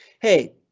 Hey